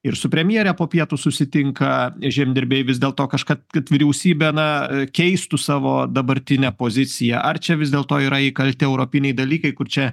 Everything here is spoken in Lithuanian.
ir su premjere po pietų susitinka žemdirbiai vis dėl to kažką kad vyriausybė na keistų savo dabartinę poziciją ar čia vis dėlto yra įkalti europiniai dalykai kur čia